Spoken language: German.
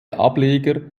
ableger